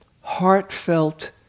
heartfelt